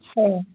হয়